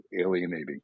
alienating